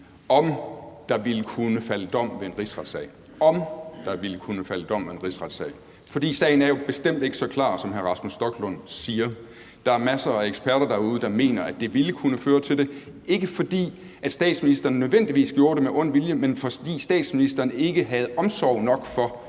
om der ville kunne falde dom ved en rigsretssag? For sagen er jo bestemt ikke så klar, som hr. Rasmus Stoklund siger. Der er masser af eksperter derude, der mener, at det ville kunne føre til det – ikke fordi statsministeren nødvendigvis gjorde det af ond vilje, men fordi statsministeren ikke havde omsorg nok for,